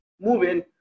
moving